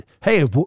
hey